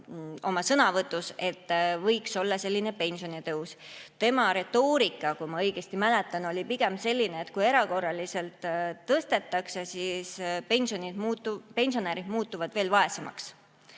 väga toetav, et võiks olla selline pensionitõus. Tema retoorika, kui ma õigesti mäletan, oli pigem selline, et kui erakorraliselt tõstetakse, siis pensionärid muutuvad veel vaesemaks.